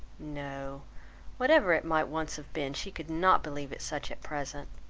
no whatever it might once have been, she could not believe it such at present.